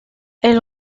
elle